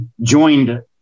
joined